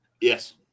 Yes